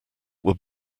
would